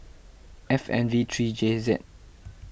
F N V three J Z